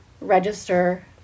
register